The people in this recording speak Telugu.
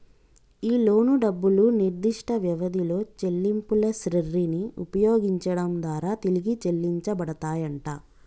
ఈ లోను డబ్బులు నిర్దిష్ట వ్యవధిలో చెల్లింపుల శ్రెరిని ఉపయోగించడం దారా తిరిగి చెల్లించబడతాయంట